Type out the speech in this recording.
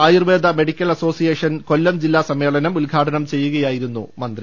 Ayurveda medical association Kollam ജില്ലാസമ്മേളനം ഉദ്ഘാടനം ചെയ്യുകയായിരുന്നു മന്ത്രി